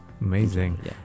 Amazing